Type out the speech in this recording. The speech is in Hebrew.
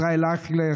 ישראל אייכלר,